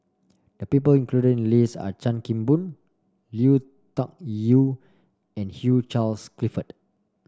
the people included in list are Chan Kim Boon Lui Tuck Yew and Hugh Charles Clifford